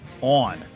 on